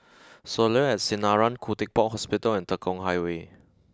Soleil at Sinaran Khoo Teck Puat Hospital and Tekong Highway